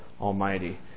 Almighty